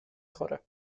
خوره